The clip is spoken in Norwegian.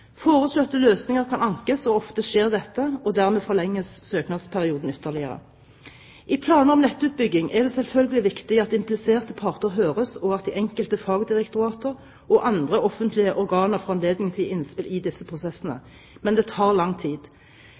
Foreslåtte løsninger kan ankes – ofte skjer dette – og dermed forlenges søknadsperioden ytterligere. I planer om nettutbygging er det selvfølgelig viktig at impliserte parter høres, og at de enkelte fagdirektorater og andre offentlige organer får anledning til å gi innspill i disse prosessene. Men det tar lang tid,